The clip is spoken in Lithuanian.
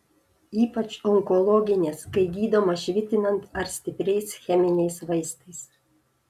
ypač onkologinės kai gydoma švitinant ar stipriais cheminiais vaistais